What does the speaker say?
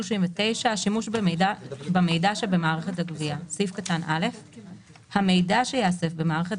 "השימוש במידע שבמערכת הגבייה 39. (א)המידע שייאסף במערכת